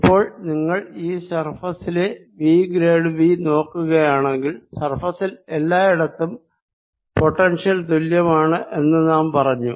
ഇപ്പോൾ നിങ്ങൾ ഈ സർഫേസിലെ V ഗ്രേഡ് V നോക്കുക യാണെങ്കിൽ സർഫേസിൽ എല്ലായിടത്തും പൊട്ടൻഷ്യൽ തുല്യമാണ് എന്ന് നാം പറഞ്ഞു